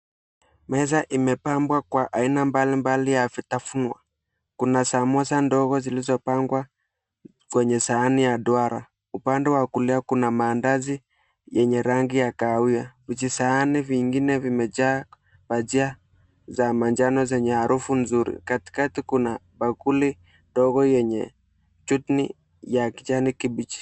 Meza imepambwa kwa aina mbalimbali ya vitafunwa. Kuna samosa ndogo zilizopangwa kwenye sahani ya duara. Upande wa kulia kuna maandazi yenye rangi ya kahawia. Vijisahani vingine vimejaa bajia za manjano zenye harufu nzuri. Katikati kuna bakuli ndogo yenye chutney ya kijani kibichi.